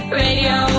radio